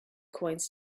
coins